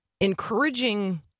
encouraging